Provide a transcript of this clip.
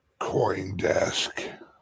CoinDesk